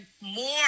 more